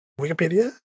Wikipedia